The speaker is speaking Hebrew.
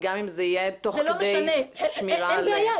אין בעיה,